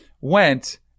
went